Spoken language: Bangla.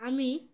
আমি